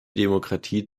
demokratie